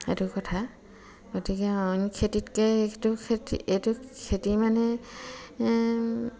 সেইটো কথা গতিকে অইন খেতিতকৈ এইটো খেতি এইটো খেতি মানে